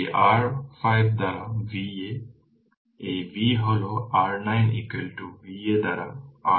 এটি r 5 দ্বারা Va এই V হল r 9 Va দ্বারা r 5